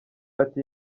ati